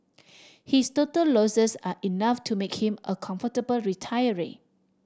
his total losses are enough to make him a comfortable retiree